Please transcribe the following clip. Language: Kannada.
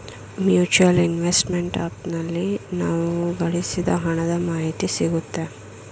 ಮ್ಯೂಚುಯಲ್ ಇನ್ವೆಸ್ಟ್ಮೆಂಟ್ ಆಪ್ ನಲ್ಲಿ ನಾವು ಗಳಿಸಿದ ಹಣದ ಮಾಹಿತಿ ಸಿಗುತ್ತೆ